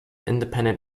independent